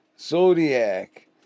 Zodiac